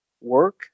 work